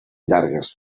llargues